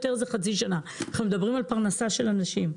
אנחנו מדברים על פרנסה של אנשים,